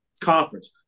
conference